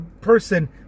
person